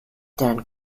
dann